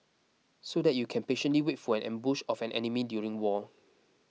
so that you can patiently wait for an ambush of an enemy during war